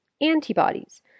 antibodies